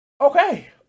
Okay